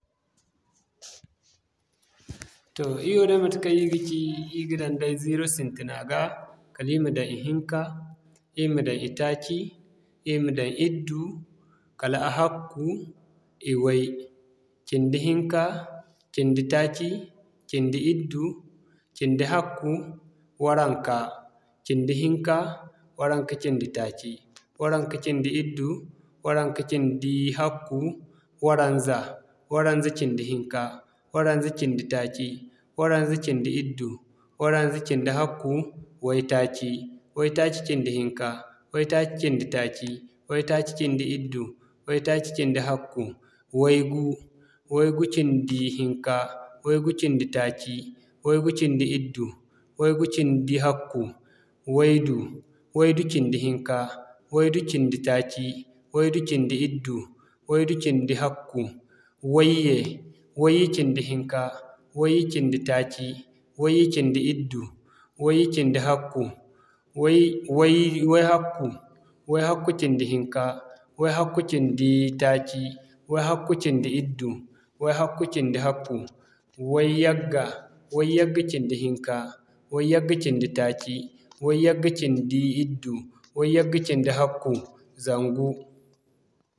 Toh ir woo day matekaŋ ir ga ci, ir ga daŋ day Ziiro sintina ga, kala ir ma daŋ ihinka, ir ma daŋ itaaci, ir ma daŋ iddu, kala ahakku, iway. Cindi-hinka, cindi-taaci, cindi-iddu, cindi-hakku, waranka. Cindi-hinka, waranka cindi-taaci, waranka cindi-iddu, waranka cindi-hakku, waranza. Waranza cindi-hinka, waranza cindi-taaci, waranza cindi-iddu, waranza cindi-hakku, way-taaci. Way-taaci cindi hinka, way-taaci cindi taaci, way-taaci cindi iddu, way-taaci cindi ahakku way-gu. Way-gu cindi-hinka, way-gu cindi-taaci, way-gu cindi-iddu, way-gu cindi-hakku, way-du. Way-du cindi-hinka, way-du cindi-taaci, way-du cindi-iddu, way-du cindi-hakku way-ye. Way-ye cindi-hinka, way-ye cindi-taaci, way-ye cindi-iddu, way-ye cindi-hakku way-hakku. Way-hakku cindi-hinka, way-hakku cindi-taaci, way-hakku cindi-iddu, way-hakku cindi-hakku, way-yagga. Way-yagga cindi-hinka, way-yagga cindi-taaci, way-yagga cindi-iddu, way-yagga cindi-hakku, zangu.